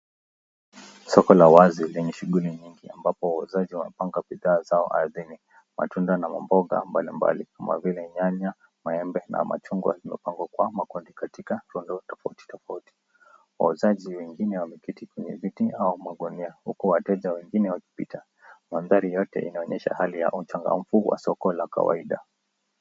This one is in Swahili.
Soko la wazi lenye shughuli nyingi, ambapo wauzaji wanapanga bidhaa zao ardhini. Matunda na mboga mbalimbali, kama vile nyanya, maembe na machungwa, zimepangwa kwa makundi katika rundo tofauti tofauti. Wauzaji wengine wameketi kwenye viti au magunia, huku wateja wengine wakipita. Mandhari yote inaonyesha hali ya uchangamfu wa soko la kawaida.